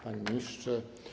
Panie Ministrze!